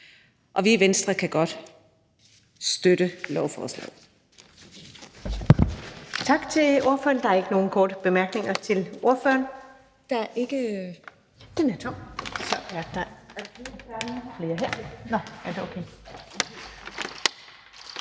og vi i Venstre kan godt støtte lovforslaget.